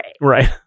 Right